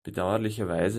bedauerlicherweise